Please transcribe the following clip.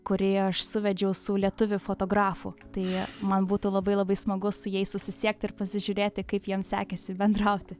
kurį aš suvedžiau su lietuvių fotografu tai man būtų labai labai smagu su jais susisiekti ir pasižiūrėti kaip jiems sekėsi bendrauti